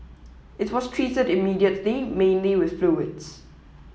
it was treated immediately mainly with fluids